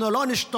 אנחנו לא נשתוק